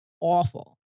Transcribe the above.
awful